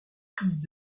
prises